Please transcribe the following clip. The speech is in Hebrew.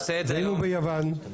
ואם הוא ביוון?